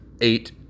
eight